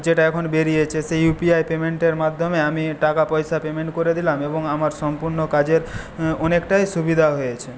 যেটা এখন বেরিয়েছে সেই ইউপিআই পেমেন্টের মাধ্যমে আমি টাকা পয়সা পেমেন্ট করে দিলাম এবং আমার সম্পূর্ণ কাজের অনেকটাই সুবিধা হয়েছে